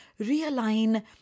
realign